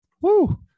Woo